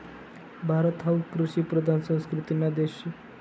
भारत हावू कृषिप्रधान संस्कृतीना देश शे